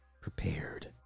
prepared